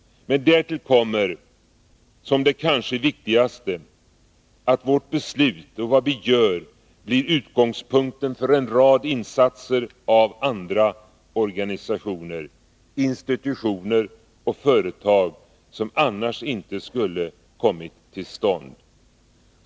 Men därtill kommer, som det kanske viktigaste, att vårt beslut och vad vi gör blir utgångspunkten för en rad insatser av andra organisationer, institutioner och företag som annars inte skulle kommit till stånd.